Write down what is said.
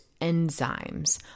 enzymes